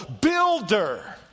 builder